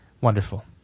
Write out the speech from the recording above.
wonderful